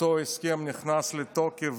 בפעם הראשונה אותו הסכם נכנס לתוקף,